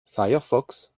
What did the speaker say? firefox